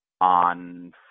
on